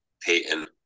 Peyton